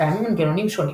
קיימים מנגנונים שונים,